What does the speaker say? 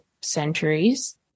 centuries